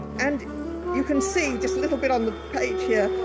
and you can see just a little bit on the page here,